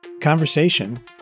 Conversation